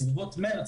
בסביבות מרץ,